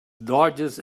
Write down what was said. dodges